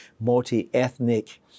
multi-ethnic